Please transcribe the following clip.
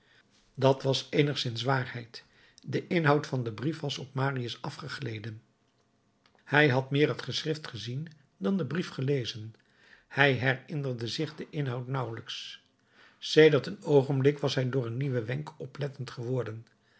dat was eenigszins waarheid de inhoud van den brief was op marius afgegleden hij had meer het geschrift gezien dan den brief gelezen hij herinnerde zich den inhoud nauwelijks sedert een oogenblik was hij door een nieuwen wenk oplettend geworden